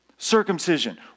circumcision